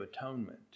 Atonement